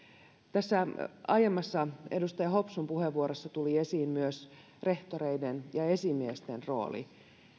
tässä aiemmassa edustaja hopsun puheenvuorossa tuli esiin myös rehtoreiden ja esimiesten rooli